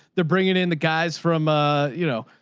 they're bringing in the guys from, ah, you know,